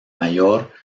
mayor